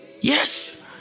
Yes